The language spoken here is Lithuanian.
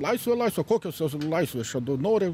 laisvė laisvė kokios jos laisvės čia to nori